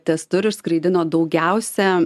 testur išskraidino daugiausia